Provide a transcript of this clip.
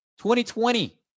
2020